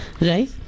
right